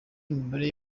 imibare